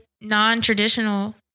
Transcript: non-traditional